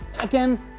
Again